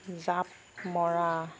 জাঁপ মৰা